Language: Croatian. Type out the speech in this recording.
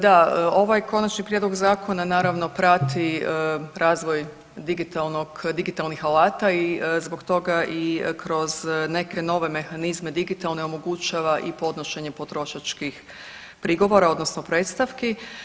Da, ovaj konačni prijedlog zakona naravno prati razvoj digitalnih alata i zbog toga i kroz neke nove mehanizme digitalne omogućava i podnošenje potrošačkih prigovora odnosno predstavki.